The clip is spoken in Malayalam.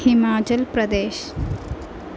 ഹിമാചൽപ്രദേശ്